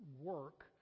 work